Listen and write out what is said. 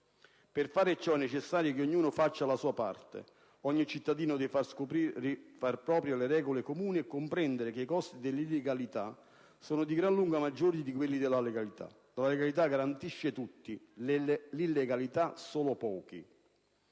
Per fare ciò è necessario che ognuno faccia la sua parte; ogni cittadino deve far proprie le regole comuni e comprendere che i costi dell'illegalità sono di gran lunga maggiori dì quelli della legalità. La legalità garantisce tutti, l'illegalità solo pochi.